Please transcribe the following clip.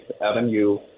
avenue